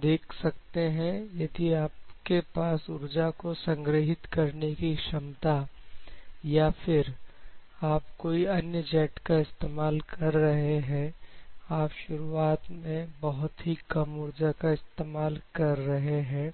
देख सकते हैं यदि आपके पास उर्जा को संग्रहित करने की क्षमता है या फिर आप कोई अन्य जेट का इस्तेमाल कर रहे हैं आप शुरुआत में बहुत ही कम ऊर्जा का इस्तेमाल कर रहे हैं